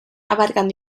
abarcan